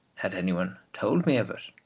had any one told me of it,